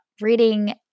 reading